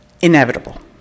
inevitable